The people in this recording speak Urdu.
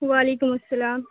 وعلیکم السلام